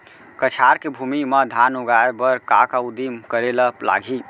कछार के भूमि मा धान उगाए बर का का उदिम करे ला लागही?